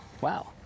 wow